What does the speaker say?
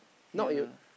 ya